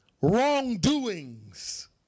Wrongdoings